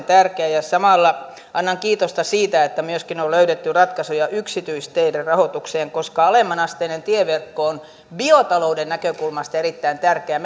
tärkeä samalla annan kiitosta siitä että myöskin on löydetty ratkaisuja yksityisteiden rahoitukseen koska alemmanasteinen tieverkko on biotalouden näkökulmasta erittäin tärkeä